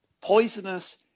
poisonous